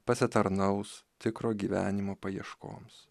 pasitarnaus tikro gyvenimo paieškoms